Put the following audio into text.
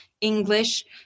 English